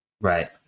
Right